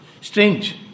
Strange